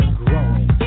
growing